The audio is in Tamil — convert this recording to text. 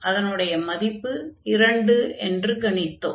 அதனுடைய மதிப்பு 2 என்று கணித்தோம்